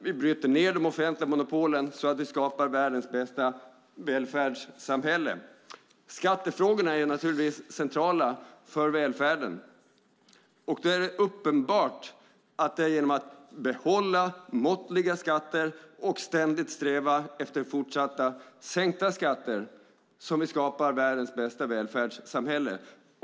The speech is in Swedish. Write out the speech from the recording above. Vi bryter ned de offentliga monopolen så att vi skapar världens bästa välfärdssamhälle. Skattefrågorna är naturligtvis centrala för välfärden. Det är uppenbart att det är genom att behålla måttliga skatter och ständigt sträva efter fortsatt sänkta skatter som vi skapar världens bästa välfärdssamhälle.